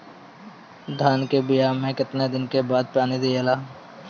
धान के बिया मे कितना दिन के बाद पानी दियाला?